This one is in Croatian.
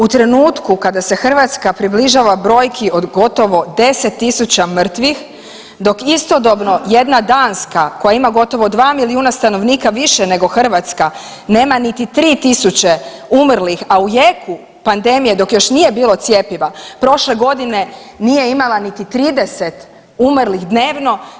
U trenutku kada se Hrvatska približava brojki od gotovo 10.000 mrtvih, dok istodobno jedna Danska koja ima gotovo 2 milijuna stanovnika više nego Hrvatska nema niti 3.000 umrlih, a u jeku pandemije dok još nije bilo cjepiva prošle godine nije imala niti 30 umrlih dnevno.